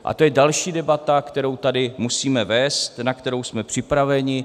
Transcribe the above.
A to je další debata, kterou tady musíme vést, na kterou jsme připraveni.